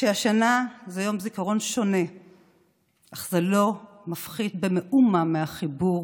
שהשנה זה יום זיכרון שונה אך זה לא מפחית במאומה מהחיבור